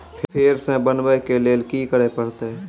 फेर सॅ बनबै के लेल की करे परतै?